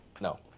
No